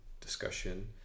discussion